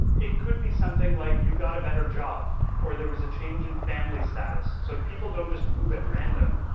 it could be something like you got a better job or there was a change in family status. so people don't just move at random,